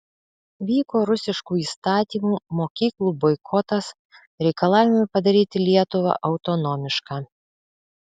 vyko rusiškų įstatymų mokyklų boikotas reikalavimai padaryti lietuvą autonomišką